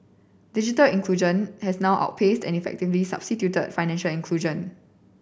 digital inclusion has now outpaced and effectively substituted financial inclusion